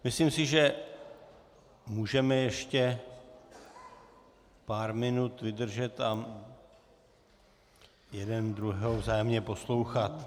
Myslím si, že můžeme ještě pár minut vydržet a jeden druhého vzájemně poslouchat.